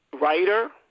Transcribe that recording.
writer